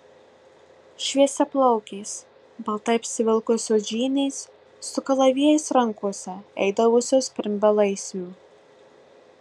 šviesiaplaukės baltai apsivilkusios žynės su kalavijais rankose eidavusios pirm belaisvių